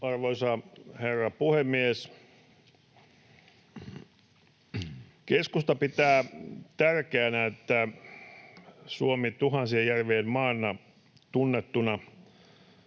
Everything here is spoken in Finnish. Arvoisa herra puhemies! Keskusta pitää tärkeänä, että Suomi on tuhansien järvien maana tunnettu